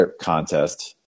contest